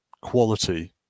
quality